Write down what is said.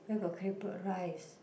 where got claypot rice